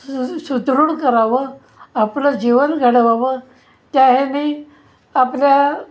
सु सुदृढ करावं आपलं जीवन घडवावं त्या हेनी आपल्या